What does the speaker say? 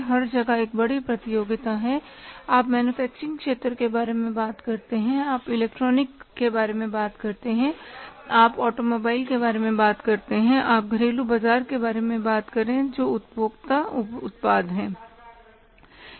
हर जगह एक बड़ी प्रतियोगिता है आप मैन्युफैक्चरिंग क्षेत्र के बारे में बात करें आप इलेक्ट्रॉनिक के बारे में बात करें आप ऑटोमोबाइल के बारे में बात करें या आप घरेलू बाजार के बारे में बात करें जो उपभोक्ता उत्पाद है